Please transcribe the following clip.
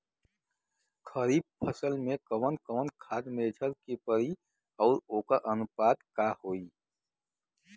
खरीफ फसल में कवन कवन खाद्य मेझर के पड़ी अउर वोकर अनुपात का होई?